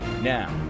Now